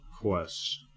Quest